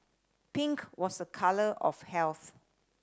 pink was a colour of health